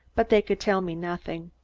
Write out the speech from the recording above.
but they could tell me nothing.